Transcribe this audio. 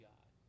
God